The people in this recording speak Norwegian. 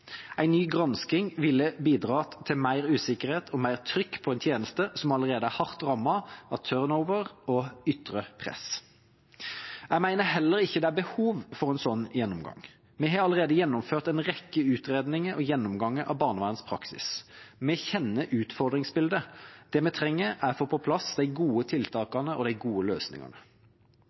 ny gransking ville bidratt til mer usikkerhet og mer trykk på en tjeneste som allerede er hardt rammet av turnover og ytre press. Jeg mener det heller ikke er behov for en slik gjennomgang. Vi har allerede gjennomført en rekke utredninger og gjennomganger av barnevernets praksis. Vi kjenner utfordringsbildet. Det vi trenger, er å få på plass de gode tiltakene og de gode løsningene.